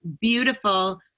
beautiful